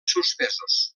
suspesos